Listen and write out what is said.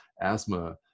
asthma